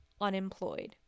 unemployed